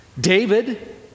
David